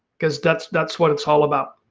because that's that's what it's all about.